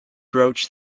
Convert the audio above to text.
broach